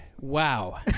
Wow